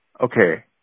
Okay